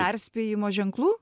perspėjimo ženklų